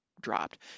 dropped